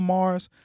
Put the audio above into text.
Mars